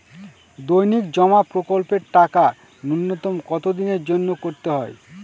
দৈনিক জমা প্রকল্পের টাকা নূন্যতম কত দিনের জন্য করতে হয়?